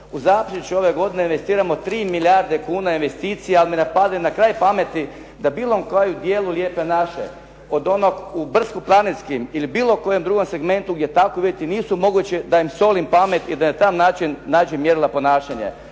U Zaprešiću ove godine investiramo 3 milijarde kuna investicija ali mi ne padne na kraj pameti da bilo kojem dijelu Lijepe naše od onog u brdsko-planinskim ili bilo kojem drugom segmentu gdje takvi uvjeti nisu mogući da im solim pamet i da …/Govornik se ne razumije./… način mjerila ponašanje.